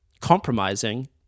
compromising